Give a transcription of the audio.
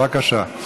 בבקשה.